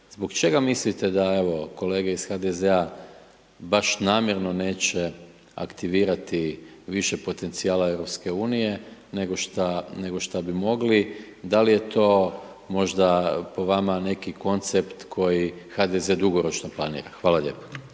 zbog čega mislite da, evo kolege iz HDZ-a, baš namjerno neće aktivirati više potencijala EU nego šta, nego šta bi mogli, da li je to po vama neki koncept koji HDZ dugoročno planira? Hvala lijepo.